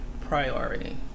priority